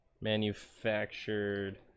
Manufactured